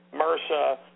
MRSA